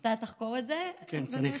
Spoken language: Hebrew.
אתה תחקור את זה, אדוני היושב-ראש?